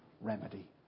remedy